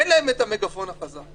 אין להם את המגפון החזק.